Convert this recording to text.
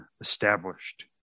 established